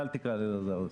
רגע, אל תפריעו.